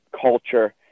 culture